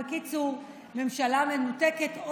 בקיצור, ממשלה מנותקת,